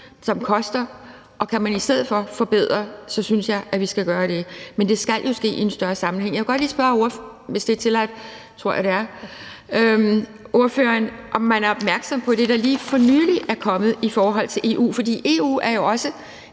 som koster, og kan man i stedet for forbedre, synes jeg, vi skal gøre det, men det skal jo ske i en større sammenhæng. Jeg vil godt lige spørge ordføreren, hvis det er tilladt – det tror jeg det er – om man er opmærksom på det, der lige for nylig er kommet i forhold til EU. For EU er jo også